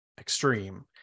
extreme